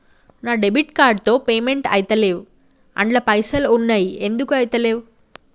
నా debit card తో payment ఐతలేవ్ అండ్ల పైసల్ ఉన్నయి ఎందుకు ఐతలేవ్?